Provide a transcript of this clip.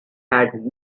had